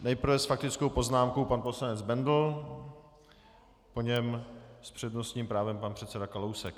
Nejprve s faktickou poznámkou pan poslanec Bendl, po něm s přednostním právem pan předseda Kalousek.